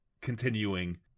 continuing